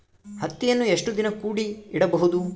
ಹತ್ತಿಯನ್ನು ಎಷ್ಟು ದಿನ ಕೂಡಿ ಇಡಬಹುದು?